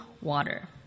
water